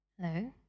Hello